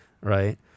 right